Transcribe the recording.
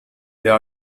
there